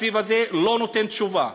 התקציב הזה לא נותן תשובה.